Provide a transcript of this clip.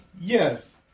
Yes